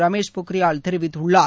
ரமேஷ் பொனியால் தெரிவித்துள்ளார்